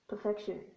perfection